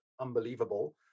unbelievable